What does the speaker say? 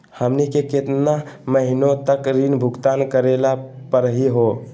हमनी के केतना महीनों तक ऋण भुगतान करेला परही हो?